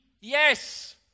yes